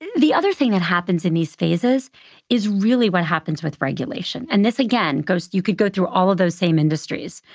the other thing that happens in these phases is really what happens with regulation. and this again, you could go through all of those same industries,